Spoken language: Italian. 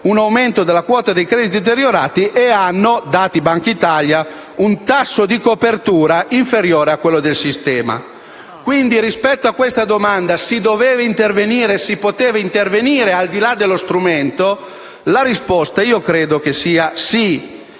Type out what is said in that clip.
un aumento dei crediti deteriorati e hanno - dati Bankitalia - un tasso di copertura inferiore a quello del sistema. Quindi, rispetto alla domanda se si doveva o si poteva intervenire, al di là dello strumento, la risposta io credo che sia